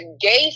gay